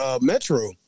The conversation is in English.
metro